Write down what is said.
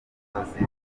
sosiyete